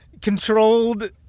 controlled